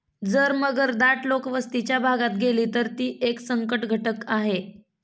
जर मगर दाट लोकवस्तीच्या भागात गेली, तर ती एक संकटघटक आहे